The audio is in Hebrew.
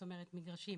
זאת אומרת מגרשים,